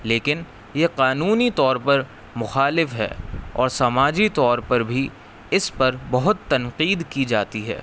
لیکن یہ قانونی طور پر مخالف ہے اور سماجی طور پر بھی اس پر بہت تنقید کی جاتی ہے